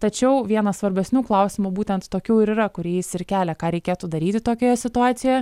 tačiau vienas svarbesnių klausimų būtent tokių ir yra kurį jis ir kelią ką reikėtų daryti tokioje situacijoje